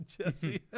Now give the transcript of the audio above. Jesse